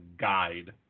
guide